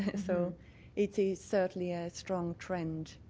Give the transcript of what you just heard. and so it is certainly a strong trend.